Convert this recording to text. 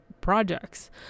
projects